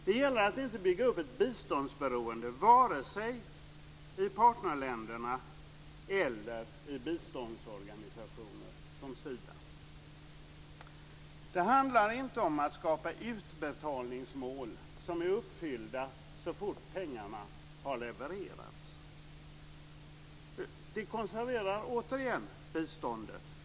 Det gäller att inte bygga upp ett biståndsberoende vare sig i partnerländerna eller i biståndsorganisationer som Sida. Det handlar inte om att skapa utbetalningsmål som är nådda så fort pengarna har levererats. Det konserverar återigen biståndet.